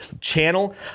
channel